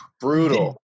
brutal